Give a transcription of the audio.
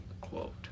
quote